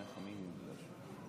מי שסיים, אנא מכם, לשבת,